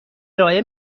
ارائه